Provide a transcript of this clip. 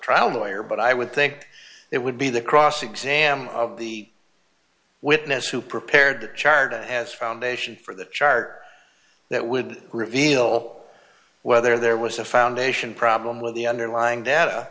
trial lawyer but i would think it would be the cross exam of the witness who prepared the charter as foundation for the chart that would reveal whether there was a foundation problem with the underlying data